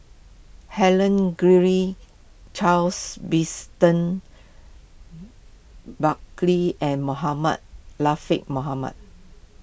Helen Charles Buckley and Mohamed Latiff Mohamed